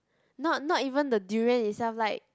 not not even the durian itself like